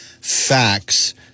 facts